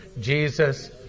Jesus